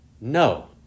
No